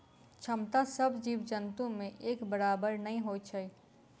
क्षमता सभ जीव जन्तु मे एक बराबरि नै होइत छै